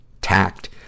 tact